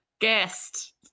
guest